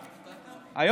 הופתעת?